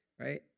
right